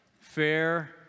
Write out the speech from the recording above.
fair